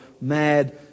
mad